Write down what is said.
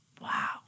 wow